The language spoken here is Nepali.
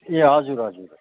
ए हजुर हजुर